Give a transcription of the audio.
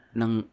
ng